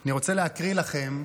אני רוצה להקריא לכם,